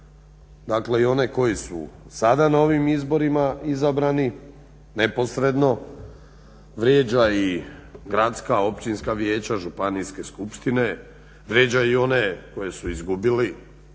dakle i one koji su sada na ovim izborima izabrani neposredno, vrijeđa i gradska, općinska vijeća, županijske skupštine, vrijeđa i one koje su izgubili